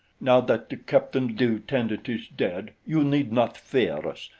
now that the captain-lieutenant is dead you need not fear us.